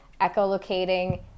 echolocating